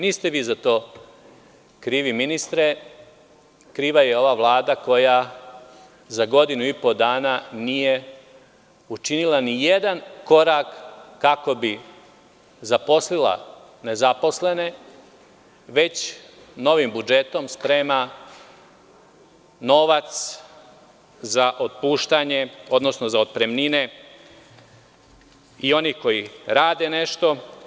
Niste vi za to krivi, ministre, kriva je ova Vlada koja za godinu i po dana nije učinila ni jedan korak kako bi zaposlila nezaposlene, već novim budžetom sprema novac za otpremnine i onih koji rade nešto.